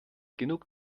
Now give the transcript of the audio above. genug